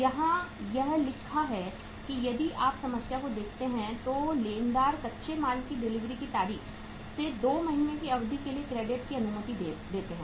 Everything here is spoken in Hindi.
यहां यह लिखा है कि यदि आप समस्या को देखते हैं तो लेनदार कच्चे माल की डिलीवरी की तारीख से 2 महीने की अवधि के लिए क्रेडिट की अनुमति देते हैं